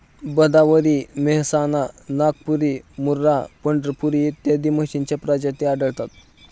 भदावरी, मेहसाणा, नागपुरी, मुर्राह, पंढरपुरी इत्यादी म्हशींच्या प्रजाती आढळतात